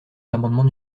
l’amendement